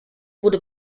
wurde